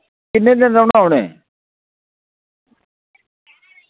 किन्ने दिन रोह्ना उ'नैं